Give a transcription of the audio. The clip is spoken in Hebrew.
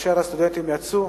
כאשר הסטודנטים יצאו